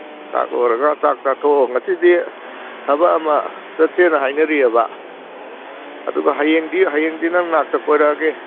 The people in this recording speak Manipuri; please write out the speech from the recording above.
ꯆꯥꯛ ꯂꯣꯏꯔꯒ ꯆꯥꯛ ꯆꯥꯊꯣꯛꯑ ꯉꯁꯤꯗꯤ ꯊꯕꯛ ꯑꯃ ꯆꯠꯁꯦꯅ ꯍꯥꯏꯅꯔꯤꯌꯦꯕ ꯑꯗꯨꯒ ꯍꯌꯦꯡꯗꯤ ꯍꯌꯦꯡꯗꯤ ꯅꯪ ꯅꯥꯛꯇ ꯀꯣꯏꯔꯛꯑꯒꯦ